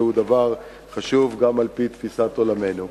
שהיא דבר חשוב גם על-פי תפיסת עולמנו.